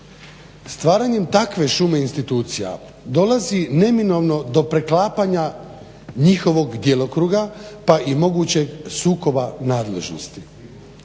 Stvaranje takve šume institucija dolazi neminovno do preklapanja njihovog djelokruga pa i mogućeg sukoba nadležnosti.